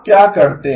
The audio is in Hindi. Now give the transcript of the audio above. आप क्या करते हैं